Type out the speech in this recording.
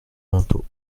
manteau